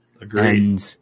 Agreed